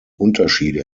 unterschiede